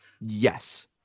Yes